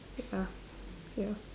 ya ya